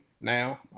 now